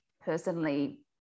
personally